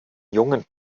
jungen